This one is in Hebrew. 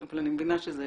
אבל אני מבינה שזה